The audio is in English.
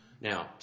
Now